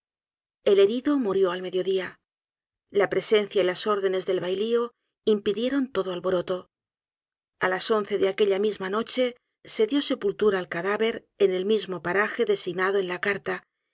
el herido murió al medio dia la presencia y las órdenes del bailío impidieron todo alboroto a las once de aquella misma noche se dio sepultura al cadáver en el mismo paraje designado en la carta